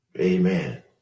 Amen